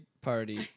party